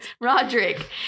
roderick